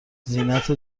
زینت